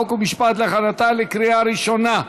חוק ומשפט להכנתה לקריאה ראשונה.